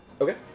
Okay